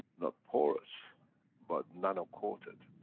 not porous but nano-coated.